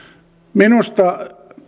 minusta